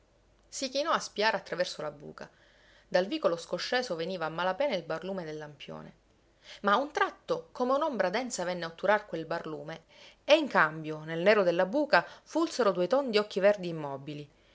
si chinò a spiare attraverso la buca dal vicolo scosceso veniva a mala pena il barlume del lampione ma a un tratto come un'ombra densa venne a otturar quel barlume e in cambio nel nero della buca fulsero due tondi occhi verdi immobili